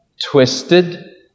twisted